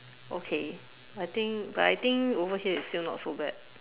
okay I think but I think over here it's still not so bad